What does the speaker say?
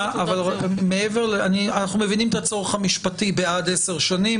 אני מבינים את הצורך המשפטי ב'עד עשר שנים',